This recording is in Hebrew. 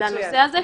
-- לנושא הזה,